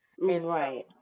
right